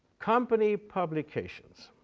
company publications.